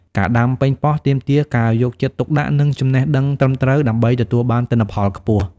ការដាំប៉េងប៉ោះទាមទារការយកចិត្តទុកដាក់ និងចំណេះដឹងត្រឹមត្រូវ ដើម្បីទទួលបានទិន្នផលខ្ពស់។